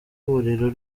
ihuriro